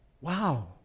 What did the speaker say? Wow